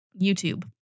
YouTube